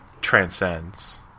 transcends